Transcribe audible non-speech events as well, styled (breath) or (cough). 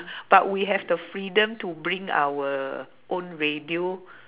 (breath) but we have the freedom to bring our own radio